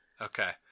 Okay